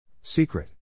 Secret